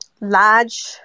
Large